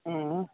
हुँ